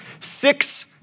Six